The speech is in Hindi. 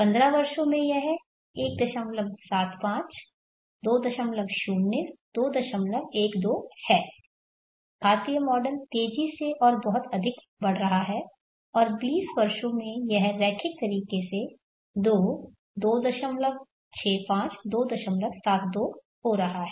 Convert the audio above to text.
15 वर्षों में यह 175 20 212 है घातीय मॉडल तेजी से और बहुत अधिक बढ़ रहा है और 20 वर्षों में यह रैखिक तरीके से 2 265 272 हो रहा है